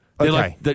okay